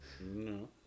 No